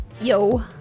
Yo